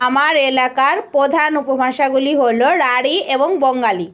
আমার এলাকার প্রধান উপভাষাগুলি হলো রাঢ়ি এবং বঙ্গালী